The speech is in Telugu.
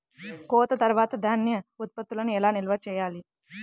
కోత తర్వాత ధాన్య ఉత్పత్తులను ఎలా నిల్వ చేయాలి?